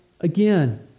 again